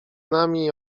nami